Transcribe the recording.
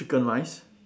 chicken rice